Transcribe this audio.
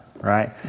Right